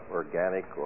organic